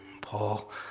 Paul